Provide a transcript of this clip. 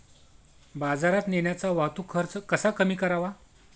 बाजारात नेण्याचा वाहतूक खर्च कसा कमी करावा?